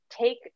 take